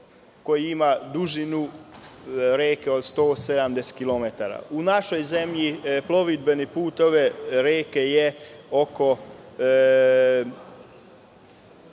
koji ima dužinu reke od 180 kilometara. U našoj zemlji plovidbeni put ove reke je oko